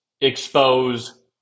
expose